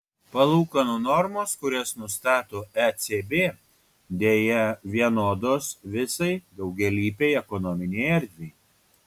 palūkanų normos kurias nustato ecb deja vienodos visai daugialypei ekonominei erdvei